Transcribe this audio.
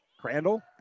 Crandall